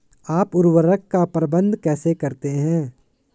आप उर्वरक का प्रबंधन कैसे करते हैं?